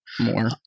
more